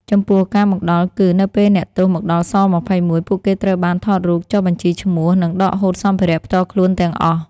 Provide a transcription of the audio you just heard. ចំពោះ ការមកដល់គឺ នៅពេលអ្នកទោសមកដល់ ស-២១ ពួកគេត្រូវបានថតរូប ចុះបញ្ជីឈ្មោះ និងដកហូតសម្ភារៈផ្ទាល់ខ្លួនទាំងអស់។